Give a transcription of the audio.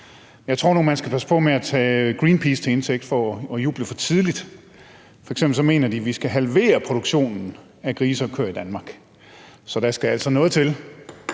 Jeg tror nu, man skal passe på med for tidligt at tage Greenpeace til indtægt for at juble. F.eks. mener de, at vi skal halvere produktionen af grise og køer i Danmark, så der skal altså noget til,